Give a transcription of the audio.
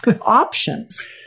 Options